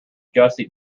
gussie